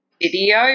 video